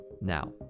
Now